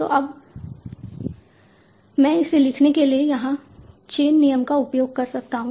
तो अब मैं इसे लिखने के लिए यहाँ चेन नियम का उपयोग कर सकता हूँ